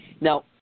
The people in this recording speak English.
Now